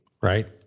right